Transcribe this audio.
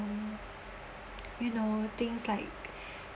um you know things like